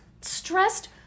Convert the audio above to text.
stressed